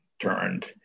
turned